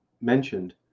mentioned